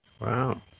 wow